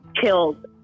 killed